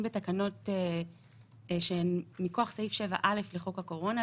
בתקנות שהן מכוח סעיף 7א' לחוק הקורונה.